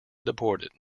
deported